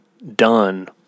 done